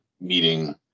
meeting